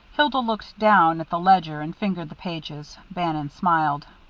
hilda looked down at the ledger, and fingered the pages. bannon smiled.